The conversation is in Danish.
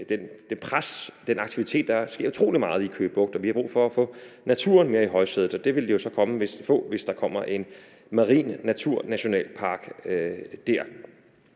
det pres og den aktivitet, der er. Der sker utrolig meget i Køge Bugt, og vi har brug for at få naturen mere i højsædet, og det vil vi jo få, hvis der kommer en marin naturnationalpark der.